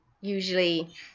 usually